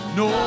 no